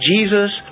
Jesus